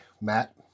Matt